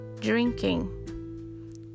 Drinking